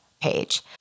page